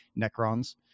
Necrons